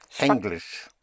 English